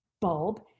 bulb